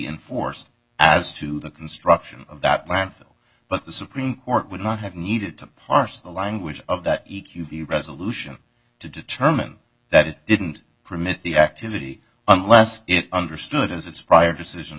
enforced as to the construction of that plant but the supreme court would not have needed to parse the language of that e q the resolution to determine that it didn't permit the activity unless it understood as its prior decisions